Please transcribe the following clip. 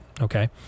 Okay